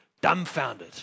dumbfounded